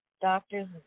Doctors